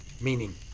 meaning